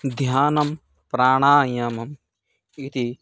ध्यानं प्राणायामम् इति